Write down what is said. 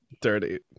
Dirty